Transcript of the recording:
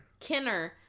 Kinner